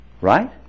Right